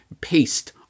paste